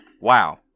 Wow